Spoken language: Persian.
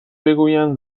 بگویند